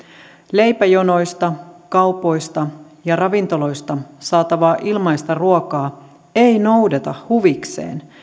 leipäjonoista kaupoista ja ravintoloista saatavaa ilmaista ruokaa ei noudeta huvikseen